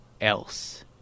else